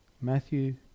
Matthew